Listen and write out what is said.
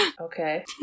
okay